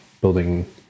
building